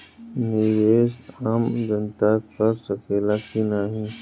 निवेस आम जनता कर सकेला की नाहीं?